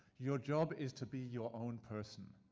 your job is to be your own person.